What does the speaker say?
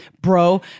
bro